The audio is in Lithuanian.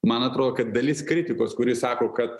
man atro kad dalis kritikos kuri sako kad